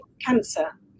cancer